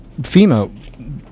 FEMA